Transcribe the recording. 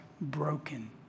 broken